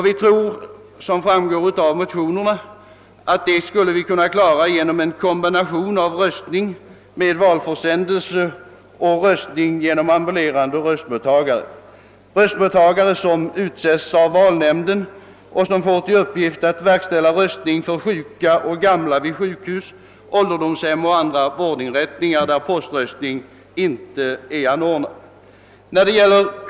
Vi tror, som framgår av motionerna, att detta skall kunna ordnas genom en kombination av röstning med valförsändelse och röstning genom ambulerande röstmottagare — röstmottagare som utses av valnämnden och som får till uppgift att verkställa röstning för sjuka och gamla vid sjukhus, ålderdomshem och andra vårdinrättningar där poströstning inte är anordnad.